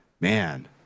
man